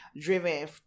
driven